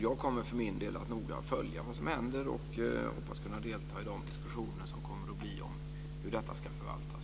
Jag kommer för min del att noga följa vad som händer och hoppas kunna delta i de diskussioner som kommer att bli om hur detta ska förvaltas.